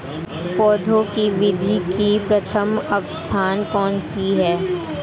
पौधों की वृद्धि की प्रथम अवस्था कौन सी है?